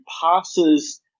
passes